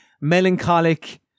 melancholic